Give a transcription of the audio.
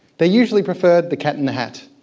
they usually preferred the cat in the hat,